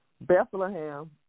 Bethlehem